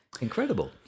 Incredible